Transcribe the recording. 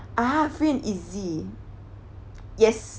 ah free and easy yes